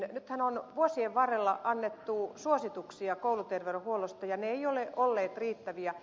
nythän on vuosien varrella annettu suosituksia kouluterveydenhuollosta ja ne eivät ole olleet riittäviä